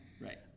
Right